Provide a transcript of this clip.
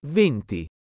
venti